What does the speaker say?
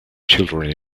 children